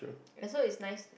as though it's nice